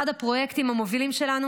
אחד הפרויקטים המובילים שלנו